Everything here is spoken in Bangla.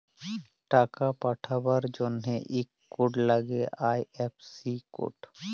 টাকা পাঠাবার জনহে ইক কোড লাগ্যে আই.এফ.সি কোড